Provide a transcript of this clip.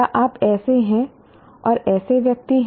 क्या आप ऐसे हैं और ऐसे व्यक्ति हैं